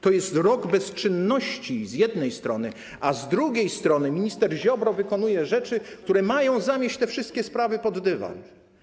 To jest rok bezczynności z jednej strony, a z drugiej strony minister Ziobro wykonuje rzeczy, które mają zamieść te wszystkie sprawy pod dywan.